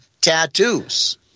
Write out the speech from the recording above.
tattoos